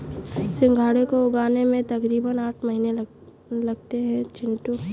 सिंघाड़े को उगने में तकरीबन आठ महीने लगते हैं चिंटू